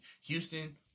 Houston